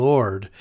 Lord